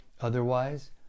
Otherwise